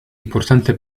importante